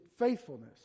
faithfulness